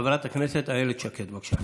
חברת הכנסת איילת שקד, בבקשה,